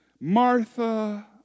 Martha